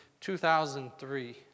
2003